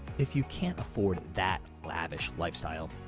if you can't afford that lavish lifestyle,